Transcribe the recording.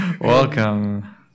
Welcome